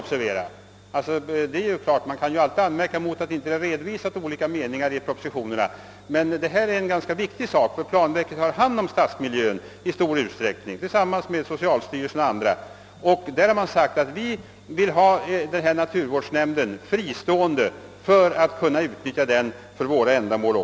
Det är en sak att man alltid kan anmärka på att olika meningar inte har redovisats i propositionerna, men här gäller det en ganska viktig fråga, eftersom ju planverket i stor utsträckning har hand om stadsmiljön i samarbete med socialstyrelsen och en del andra institutioner. Planverket har förklarat att man vill ha forskningsnämnden fristående för att kunna utnyttja den för sina ändamål.